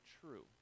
true